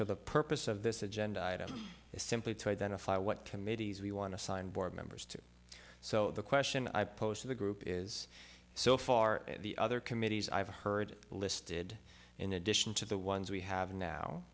so the purpose of this agenda item is simply to identify what committees we want to sign board members to so the question i posed to the group is so far the other committees i've heard listed in addition to the ones we have now